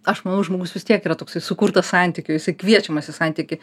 aš manau žmogus vis tiek yra toksai sukurtas santykiui jisai kviečiamas į santykį